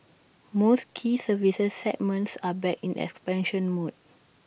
most key services segments are back in expansion mode